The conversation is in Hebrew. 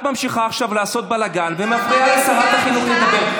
את ממשיכה עכשיו לעשות בלגן ומפריעה לשרת החינוך לדבר.